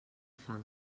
fang